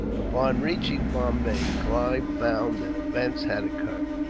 upon reaching bombay, clive found that events had occurred,